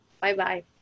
Bye-bye